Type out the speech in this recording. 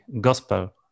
gospel